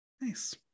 Nice